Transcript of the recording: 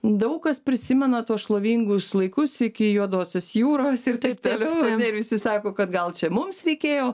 daug kas prisimena tuos šlovingus laikus iki juodosios jūros ir taip toliau ir visi sako kad gal čia mums reikėjo